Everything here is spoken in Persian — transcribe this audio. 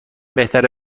بهتره